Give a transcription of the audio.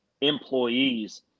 employees